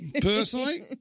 Personally